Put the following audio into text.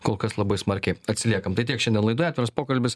kol kas labai smarkiai atsiliekam tai tiek šiandien laidoje atviras pokalbis